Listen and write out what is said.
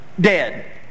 dead